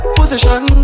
position